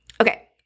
Okay